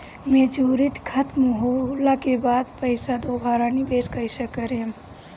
Maturity खतम होला के बाद पईसा दोबारा निवेश कइसे करेम?